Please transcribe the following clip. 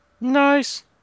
Nice